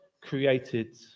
created